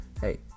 hey